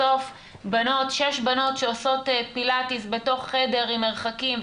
בסוף שש בנות שעושות פילאטיס בתוך חדר עם מרחקים,